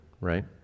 right